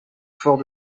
fort